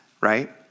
right